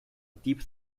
deep